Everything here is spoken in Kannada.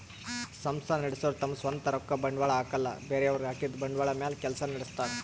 ಸಂಸ್ಥಾ ನಡಸೋರು ತಮ್ ಸ್ವಂತ್ ರೊಕ್ಕ ಬಂಡ್ವಾಳ್ ಹಾಕಲ್ಲ ಬೇರೆಯವ್ರ್ ಹಾಕಿದ್ದ ಬಂಡ್ವಾಳ್ ಮ್ಯಾಲ್ ಕೆಲ್ಸ ನಡಸ್ತಾರ್